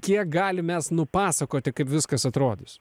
kiek galim mes nupasakoti kaip viskas atrodys